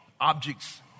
objects